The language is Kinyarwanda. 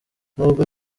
n’ubwo